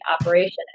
operation